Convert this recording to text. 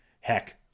Heck